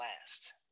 last